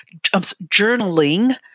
journaling